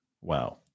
Wow